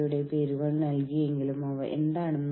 യൂണിയനുകൾ സംഘടിത തൊഴിലാളികളുടെ രൂപങ്ങളാണ്